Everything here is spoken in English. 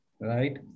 Right